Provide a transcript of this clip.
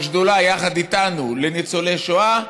בשדולה לניצולי שואה,